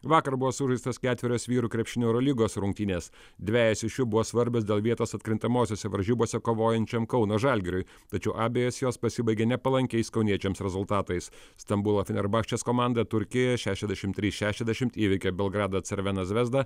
vakar buvo sužaistos ketverios vyrų krepšinio eurolygos rungtynės dvejos iš jų buvo svarbios dėl vietos atkrintamosiose varžybose kovojančiam kauno žalgiriui tačiau abejos jos pasibaigė nepalankiais kauniečiams rezultatais stambulo fenerbakčės komanda turkijoje šešiasdešim trys šešiasdešimt įveikė belgrado crvena zvezda